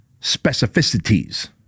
specificities